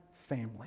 family